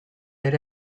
ere